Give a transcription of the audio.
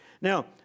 Now